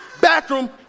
bathroom